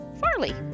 Farley